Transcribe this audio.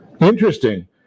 Interesting